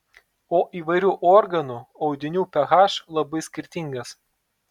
o įvairių organų audinių ph labai skirtingas